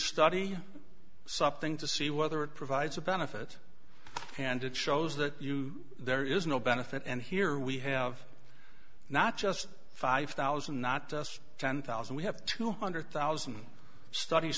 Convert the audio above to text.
study something to see whether it provides a benefit and it shows that you there is no benefit and here we have not just five thousand not ten thousand we have two hundred thousand stud